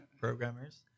programmers